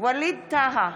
ווליד טאהא,